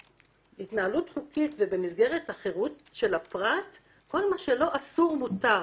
התנהלות חוק ובמסגרת החירות של הפרט כל מה שלא אסור מותר.